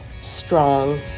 strong